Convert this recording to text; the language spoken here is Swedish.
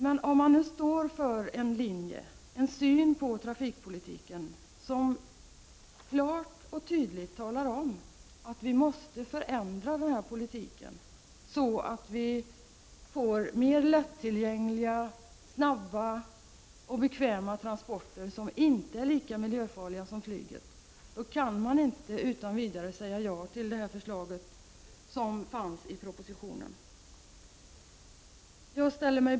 Men om man nu har en syn på trafikpolitiken som klart och tydligt talar om att vi måste förändra den här politiken, så att vi får mer lättillgängliga, snabba och bekväma transporter som inte är lika miljöfarliga som flyget, kan man inte utan vidare säga ja till propositionsförslaget.